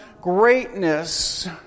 greatness